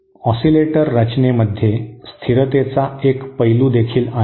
oscillator रचनेमध्ये स्थिरतेचा एक पैलू देखील आहे